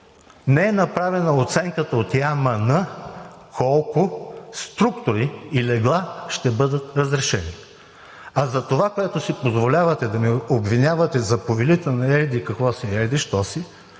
не е направена оценката от ИАМН колко структури и легла ще бъдат разрешени. А за това, което си позволявате – да ме обвинявате за „повелител на еди-какво си и еди-що си“,